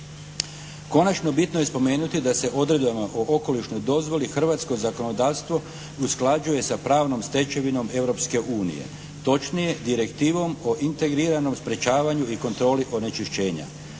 Konačno bitno je spomenuti da se odredbama o okolišnoj dozvoli hrvatsko zakonodavstvo usklađuje sa pravnom stečevinom Europske unije, točnije direktivom o integriranom sprečavanju i kontroli onečišćenja.